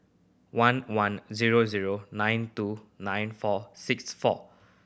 one one zero zero nine two nine four six four